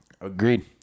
Agreed